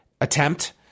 attempt